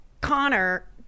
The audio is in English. connor